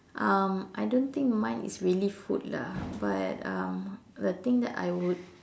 um I don't think mine is really food lah but um the thing that I would